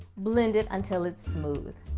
blend it until it's smooth.